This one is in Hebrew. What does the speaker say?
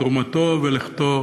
תרומתו ולכתו